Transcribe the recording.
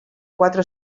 quatre